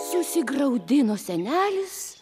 susigraudino senelis